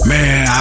Man